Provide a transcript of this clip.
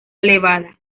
elevada